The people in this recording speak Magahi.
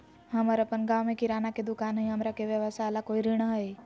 हमर अपन गांव में किराना के दुकान हई, हमरा के व्यवसाय ला कोई ऋण हई?